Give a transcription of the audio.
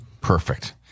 Perfect